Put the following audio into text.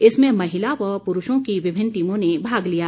इसमें महिला व पुरूषों की विभिन्न टीमों ने भाग लिया